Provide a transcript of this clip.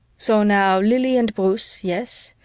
so now lili and bruce yes,